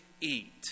eat